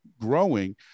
growing